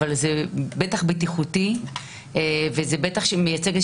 אבל זה בטח בטיחותי וזה בטח מייצג איזה